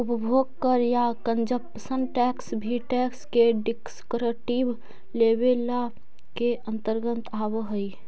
उपभोग कर या कंजप्शन टैक्स भी टैक्स के डिस्क्रिप्टिव लेबल के अंतर्गत आवऽ हई